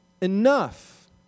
enough